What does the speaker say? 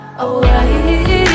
away